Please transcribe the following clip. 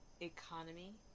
economy